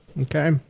Okay